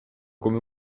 come